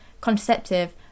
contraceptive